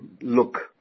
look